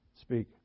Speak